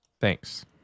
thanks